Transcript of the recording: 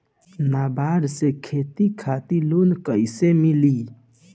नाबार्ड से खेती खातिर लोन कइसे मिली?